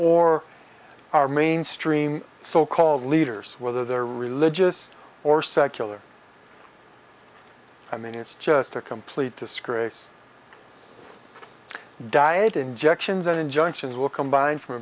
or our mainstream so called leaders whether they're religious or secular i mean it's just a complete disgrace diet injections and injunctions will combine from a